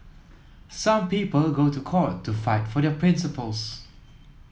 some people go to court to fight for their principles